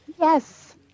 Yes